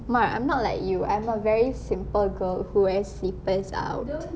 mar I'm not like you I'm a very simple girl who wears slippers out